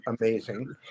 amazing